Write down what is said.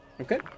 okay